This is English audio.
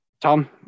Tom